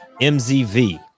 mzv